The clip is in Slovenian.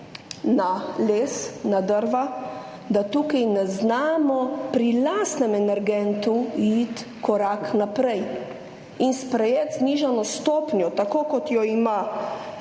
na les, na drva, da ne znamo pri lastnem energentu iti korak naprej in sprejeti znižano stopnjo, tako kot jo ima